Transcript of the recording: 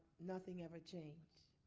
nothing ever changed.